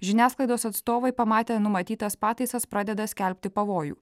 žiniasklaidos atstovai pamatę numatytas pataisas pradeda skelbti pavojų